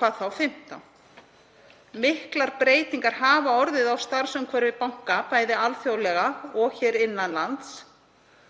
hvað þá fimmtán. Miklar breytingar hafa orðið á starfsumhverfi banka, bæði alþjóðlega og hér innan lands.